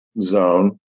zone